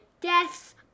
deaths